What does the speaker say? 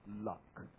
luck